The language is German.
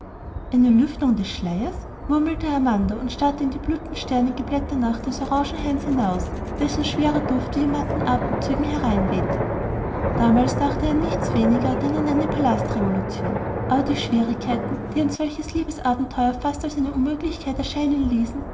eine lüftung des schleiers murmelte amanda und starrte in die blütensternige blätternacht des orangenhaines hinaus dessen schwerer duft wie in matten atemzügen hereinwehte damals dachte er an nichts weniger denn an eine palastrevolution aber die schwierigkeiten die ein solches liebesabenteuer fast als eine unmöglichkeit erscheinen ließen